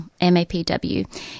MAPW